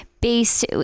based